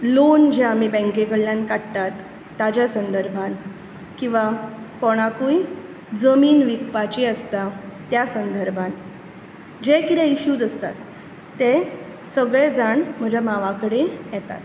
loan जें आमी बँके कडल्यान काडटात ताच्या संदर्भांत किंवां कोणाकूय जमीन विकपाची आसता त्या संदर्भांत जे कितें इश्यूज आसता ते सगळे जाण म्हज्या मांवा कडेन येतात